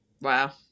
Wow